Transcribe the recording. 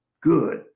good